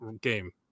game